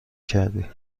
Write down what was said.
کردی